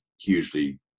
hugely